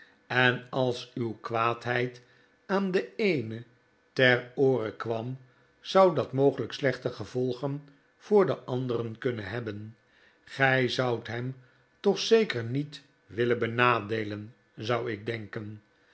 en als uw kwaadheid aan den eenen ter oore kwam zou dat mogelijk slechte gevolgen voor den anderen kunnen hebben gij zoudt hem toch zeker niet willen benadeelen zou ik denken